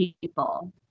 people